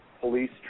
police